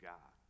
God